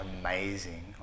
amazing